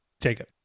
Jacob